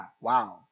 wow